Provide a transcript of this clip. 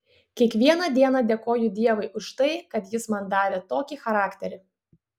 kiekvieną dieną dėkoju dievui už tai kad jis man davė tokį charakterį